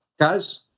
guys